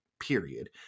Period